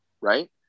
right